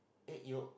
egg yolk